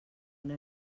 una